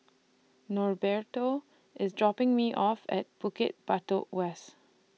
Norberto IS dropping Me off At Bukit Batok West